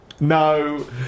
No